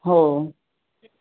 हो